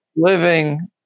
living